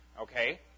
Okay